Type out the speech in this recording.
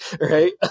Right